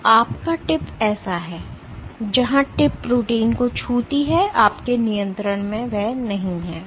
तो आपका टिप ऐसा है जहां टिप प्रोटीन को छूती है आपके नियंत्रण में नहीं है